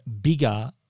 bigger